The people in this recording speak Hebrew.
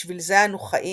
'בשביל זה אנו חיים'